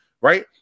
right